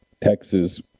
Texas